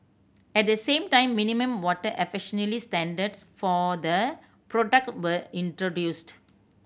at the same time minimum water efficiency standards for the product were introduced